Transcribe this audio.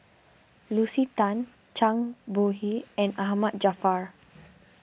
Lucy Tan Zhang Bohe and Ahmad Jaafar